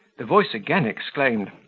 the voice again exclaimed,